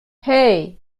hey